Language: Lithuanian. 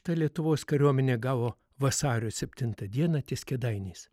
ta lietuvos kariuomenė gavo vasario septintą dieną ties kėdainiais